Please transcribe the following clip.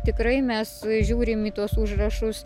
tikrai mes žiūrim į tuos užrašus